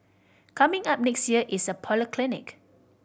coming up next year is a polyclinic